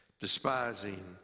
despising